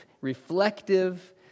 reflective